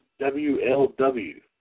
WLW